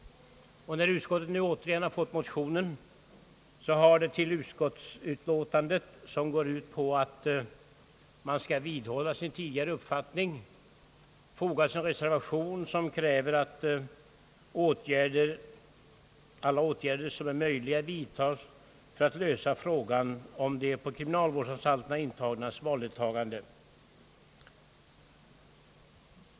När utskottet nu åter har fått en motion att behandla i ärendet, har till utskottsutlåtandet, som går ut på att man vidhåller sin tidigare uppfattning, fogats en reservation som kräver att »alla åtgärder som är möjliga vidtas för att lösa frågan om de på kriminalvårdsanstalter intagnas valdeltagande».